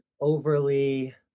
overly